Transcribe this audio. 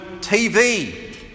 TV